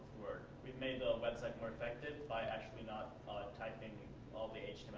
we made the website more effective by actually not typing all the